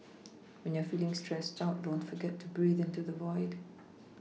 when you are feeling stressed out don't forget to breathe into the void